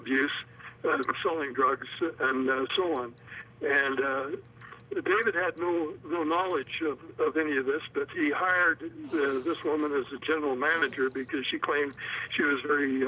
abuse showing drugs and so on and david had no knowledge of any of this that he hired this woman as a general manager because she claimed she was very